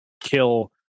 kill